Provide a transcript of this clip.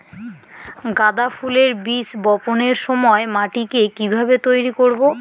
গাদা ফুলের বীজ বপনের সময় মাটিকে কিভাবে তৈরি করব?